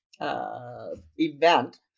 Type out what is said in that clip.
event